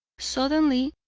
suddenly,